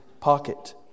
pocket